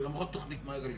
ולמרות תכנית מעגלים,